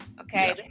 Okay